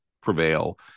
prevail